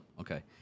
okay